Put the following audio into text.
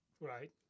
Right